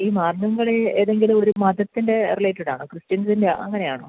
ഈ മാർഗം കളി ഏതെങ്കിലും ഒരു മതത്തിൻ്റെ റിലേറ്റഡ ആണോ ക്രിത്യൻസിൻ്റെ അങ്ങനെ ആണോ